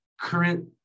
current